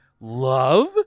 love